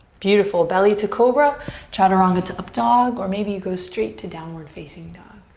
beautiful. belly to cobra. chaturanga to up dog or maybe you go straight to downward facing dog.